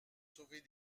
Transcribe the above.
sauver